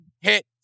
hit